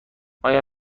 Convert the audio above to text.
آیا